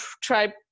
try